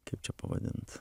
kaip čia pavadint